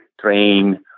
train